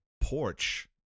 porch